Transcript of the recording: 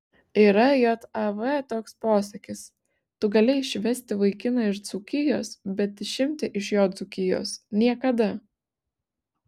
yra jav toks posakis tu gali išvesti vaikiną iš dzūkijos bet išimti iš jo dzūkijos niekada